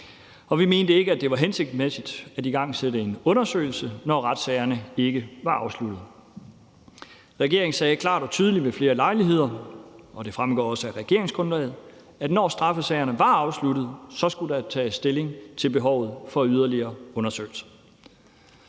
og vi ikke mente, at det var hensigtsmæssigt at igangsætte en undersøgelse, når retssagerne ikke var afsluttet. Regeringen sagde klart og tydeligt ved flere lejligheder, og det fremgår også af regeringsgrundlaget, at når straffesagerne var afsluttet, skulle der tages stilling til behovet for yderligere undersøgelser.